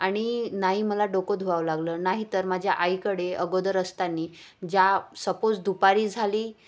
आणि नाही मला डोकं धुवावं लागलं नाहीतर माझ्या आईकडे अगोदर असताना ज्या सपोज दुपारी झाली